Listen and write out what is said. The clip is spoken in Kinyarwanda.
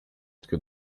twe